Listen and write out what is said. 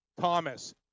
thomas